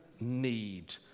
need